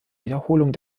wiederholung